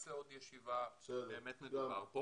נעשה עוד ישיבה על מה שמדובר פה